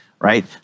right